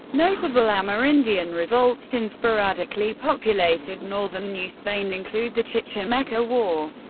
notable amerindian revolts in sporadically populated northern new spain include the chichimeca war,